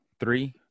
Three